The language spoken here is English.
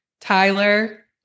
Tyler